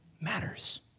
matters